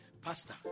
Pastor